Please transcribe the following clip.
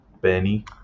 Benny